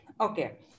Okay